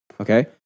okay